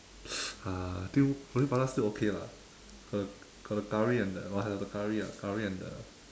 uh I think roti prata still okay lah got the got the curry and the must have the curry ah curry and the